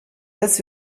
dass